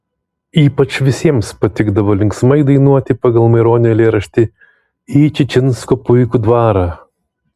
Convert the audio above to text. ypač visiems patikdavo linksmai dainuoti pagal maironio eilėraštį į čičinsko puikų dvarą